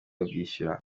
bwishyura